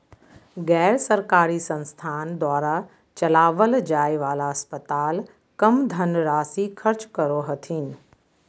गैर सरकारी संस्थान द्वारा चलावल जाय वाला अस्पताल कम धन राशी खर्च करो हथिन